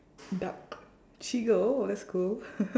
duck cheagle oh that's cool